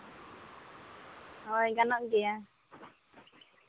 ᱦᱳᱭ ᱜᱟᱱᱚᱜ ᱜᱮᱭᱟ